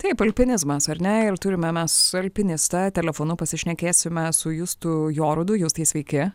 taip alpinizmas ar ne ir turime mes alpinistą telefonu pasišnekėsime su justu jorudu justai sveiki